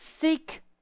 seek